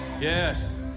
Yes